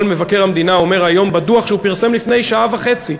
אבל מבקר המדינה אומר היום בדוח שהוא פרסם לפני שעה וחצי,